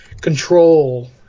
control